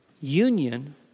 union